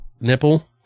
nipple